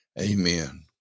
Amen